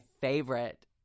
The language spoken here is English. favorite